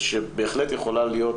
שבהחלט יכולה להיות